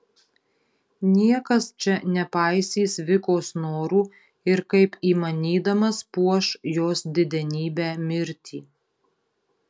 niekas čia nepaisys vikos norų ir kaip įmanydamas puoš jos didenybę mirtį